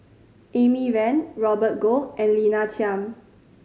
Amy Van Robert Goh and Lina Chiam